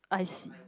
I see